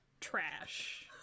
trash